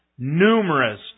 numerous